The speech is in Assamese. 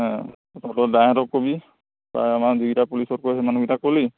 ক'বি প্ৰায় আমাৰ যিকেইটা পুলিচত কৰে সেই মানুহকেইটাক ক'লি